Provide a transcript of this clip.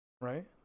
Right